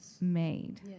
made